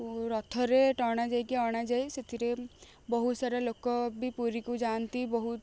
ରଥରେ ଟଣାଯାଇକି ଅଣାଯାଏ ସେଥିରେ ବହୁତ ସାରା ଲୋକ ବି ପୁରୀକୁ ଯାଆନ୍ତି ବହୁତ